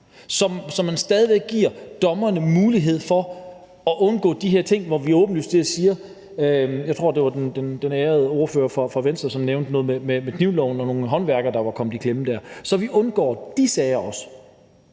så man stadig væk giver dommerne mulighed for at undgå de her uheldige sager. Jeg tror, det var den ærede ordfører fra Venstre, som nævnte noget med knivloven og nogle håndværkere, der var kommet i klemme dér. Jeg kunne tænke mig,